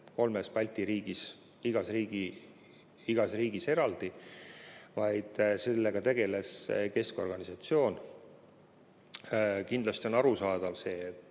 kolmes Balti riigis igas riigis eraldi, vaid sellega tegeles keskorganisatsioon. Kindlasti on arusaadav see,